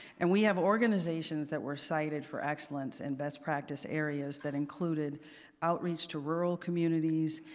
and we have organizations that were cited for excellence and best practice areas that included outreach to rural communities,